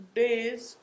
days